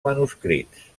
manuscrits